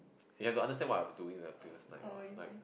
you have to understand what I was doing the previous night what like